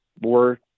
more